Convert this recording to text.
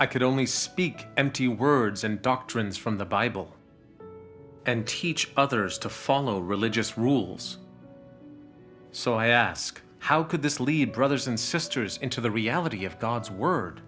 i could only speak empty words and doctrines from the bible and teach others to follow religious rules so i ask how could this lead brothers and sisters into the reality of god's word